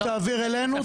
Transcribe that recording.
תעביר אלינו,